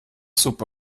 suppe